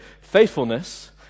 faithfulness